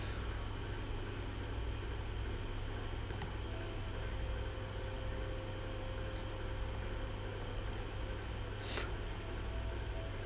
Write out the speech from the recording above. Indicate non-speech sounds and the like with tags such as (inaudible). (breath)